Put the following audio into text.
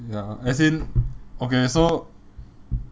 ya as in okay so